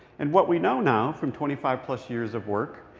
and what we know now, from twenty five plus years of work,